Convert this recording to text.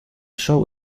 show